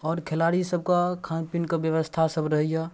आओर खेलाड़ीसभके खानपिनके बेबस्थासब रहैए